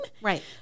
right